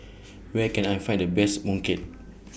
Where Can I Find The Best Mooncake